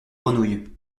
grenouilles